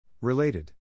Related